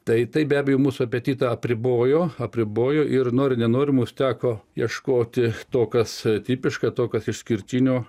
taitai be abejo mūsų apetitą apribojo apribojo ir nori nenori mums teko ieškoti to kas tipiška to kas išskirtinio